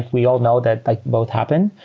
we all know that like both happen,